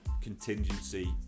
contingency